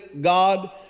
god